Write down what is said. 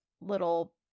little